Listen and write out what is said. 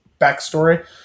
backstory